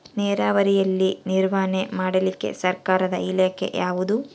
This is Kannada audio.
ನೇರಾವರಿಯಲ್ಲಿ ನಿರ್ವಹಣೆ ಮಾಡಲಿಕ್ಕೆ ಸರ್ಕಾರದ ಇಲಾಖೆ ಯಾವುದು?